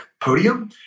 podium